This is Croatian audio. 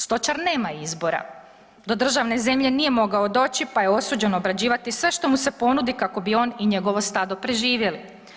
Stočar nema izbora, do državne zemlje nije mogao doći pa je osuđen obrađivati sve što mu se ponudi kako bi on i njegovo stado preživjeli.